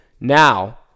now